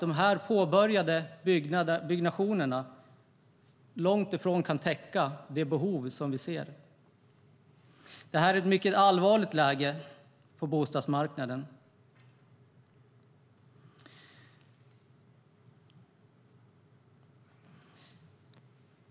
De påbörjade byggnationerna kan långt ifrån täcka de behov som finns. Det är ett mycket allvarligt läge på bostadsmarknaden.